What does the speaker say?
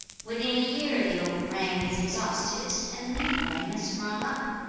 within a year the old grain is exhausted, and the new grain has sprung up,